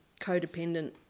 codependent